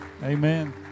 amen